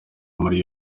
muri